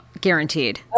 guaranteed